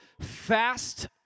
fast